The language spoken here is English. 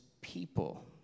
people